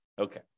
Okay